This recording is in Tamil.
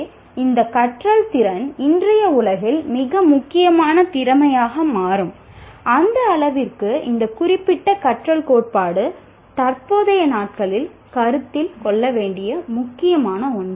எனவே இந்த கற்றல் திறன் இன்றைய உலகில் மிக முக்கியமான திறமையாக மாறும் அந்த அளவிற்கு இந்த குறிப்பிட்ட கற்றல் கோட்பாடு தற்போதைய நாட்களில் கருத்தில் கொள்ள வேண்டிய முக்கியமான ஒன்றாகும்